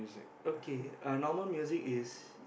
okay uh normal music is